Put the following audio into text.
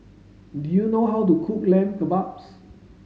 do you know how to cook Lamb Kebabs